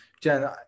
Jen